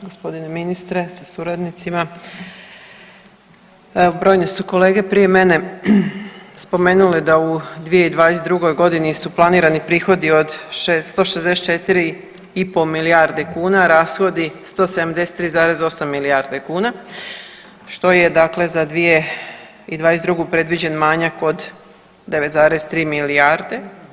Gospodine ministre sa suradnicima, brojne su kolege prije mene spomenule da u 2022. godini su planirani prihodi od 164 i po milijarde kune, rashodi 173,8 milijarde kuna što je dakle za 2022. predviđen manjak od 9,3 milijarde.